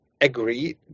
agree